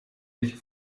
nicht